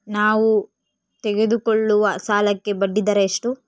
ನಾವು ತೆಗೆದುಕೊಳ್ಳುವ ಸಾಲಕ್ಕೆ ಬಡ್ಡಿದರ ಎಷ್ಟು?